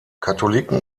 katholiken